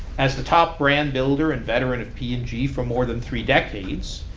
as the top brand builder and veteran of p and g for more than three decades,